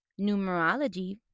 numerology